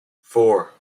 four